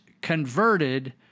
converted